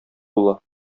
була